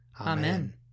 Amen